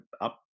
up